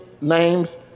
names